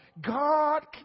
God